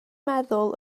meddwl